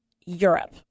Europe